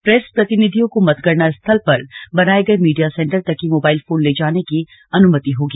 press प्रतिनिधियों को मतगणना स्थल पर बनाये गये मीडिया सेंटर तक ही मोबाइल फोन ले जाने की अनुमति होगी